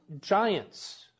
giants